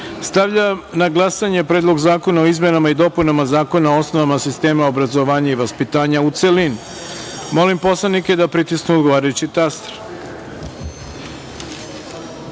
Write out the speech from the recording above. celini. Stavljam na glasanje Predlog zakona o izmenama i dopunama Zakona o osnovama sistema obrazovanja i vaspitanja u celini. Molim poslanike da pritisnu odgovarajući